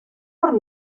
por